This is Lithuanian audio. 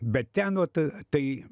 bet ten vat tai